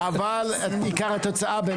שחשוב בעיקר זה התוצאה.